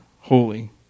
holy